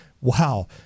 wow